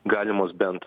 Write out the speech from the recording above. galimos bent